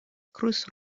cruz